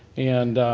and